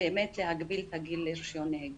להגביל את הגיל לרישיון נהיגה,